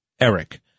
Eric